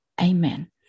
amen